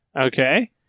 Okay